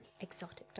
Exotic